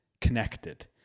connected